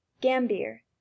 gambier